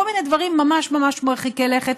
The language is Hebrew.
וכל מיני דברים ממש ממש מרחיקי לכת,